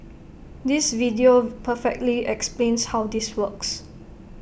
this video perfectly explains how this works